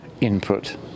input